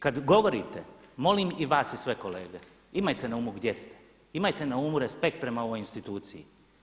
Kad govorite molim i vas i sve kolege imajte na umu gdje ste, imajte na umu respekt prema ovoj instituciji.